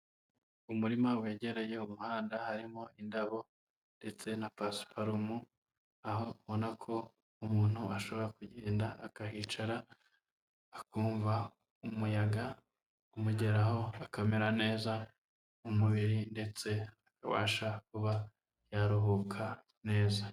Umurima wegereye umuhanda, harimo indabo ndetse na pasiparumu, aho ubona ko umuntu ashobora kugenda akahicara, akumva umuyaga umugeraho, akamera neza mu mubiri, ndetse abasha kuba yaruhuka neza.